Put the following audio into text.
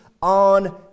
On